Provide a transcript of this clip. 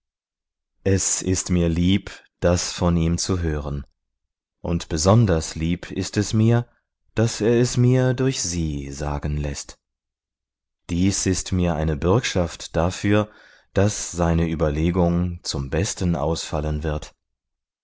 es ist mir lieb das von ihm zu hören und besonders lieb ist es mir daß er es mir durch sie sagen läßt dies ist mir eine bürgschaft dafür daß seine überlegung zum besten ausfallen wird